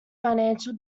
financial